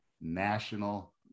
national